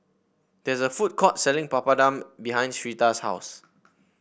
there is a food court selling Papadum behind Syreeta's house